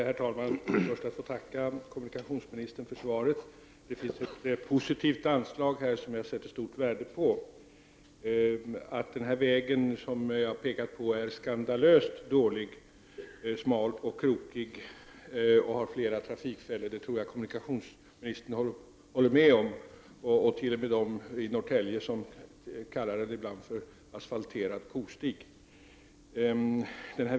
Herr talman! Jag ber först att få tacka kommunikationsministern för svaret. Det finns i svaret ett positivt anslag som jag sätter stort värde på. Att den väg jag tar upp i min fråga är skandalöst dålig, smal och krokig och har flera trafikfällor, det tror jag att kommunikationsministern håller med om. Det finns ju t.o.m. de i Norrtälje som kallar vägen för en ”asfalterad kostig”.